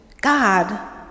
God